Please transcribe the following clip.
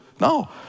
no